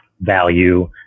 value